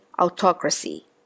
autocracy